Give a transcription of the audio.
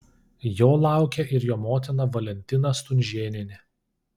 jo laukia ir jo motina valentina stunžėnienė